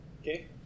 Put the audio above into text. Okay